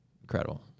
incredible